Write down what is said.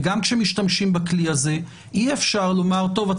וגם כשמשתמשים בכלי הזה אי אפשר לומר: טוב,